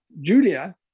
Julia